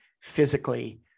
physically